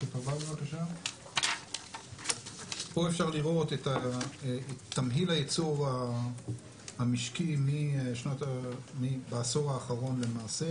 פה אפשר לראות את תמהיל הייצור המשקי בעשור האחרון למעשה.